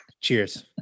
Cheers